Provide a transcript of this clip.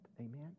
Amen